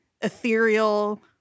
ethereal